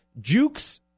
jukes